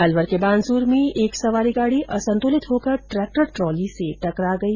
अलवर के बानसूर में एक सवारी गाड़ी असंतुलित होकर ट्रेक्टर ट्रॉली से टकरा गई